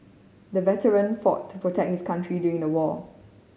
the veteran fought to protect his country during the war